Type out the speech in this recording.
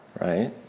right